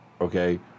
okay